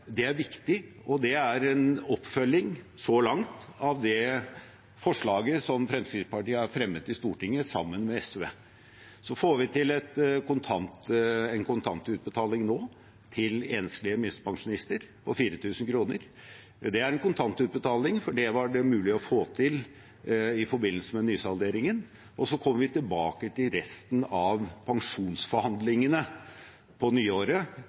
en oppfølging – så langt – av det forslaget som Fremskrittspartiet har fremmet i Stortinget sammen med SV. Så får vi til en kontantutbetaling nå til enslige minstepensjonister på 4 000 kr. Det er en kontantutbetaling fordi det var det mulig å få til i forbindelse med nysalderingen. Vi kommer tilbake til resten av pensjonsforhandlingene på nyåret,